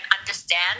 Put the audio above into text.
understand